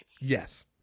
Yes